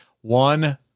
one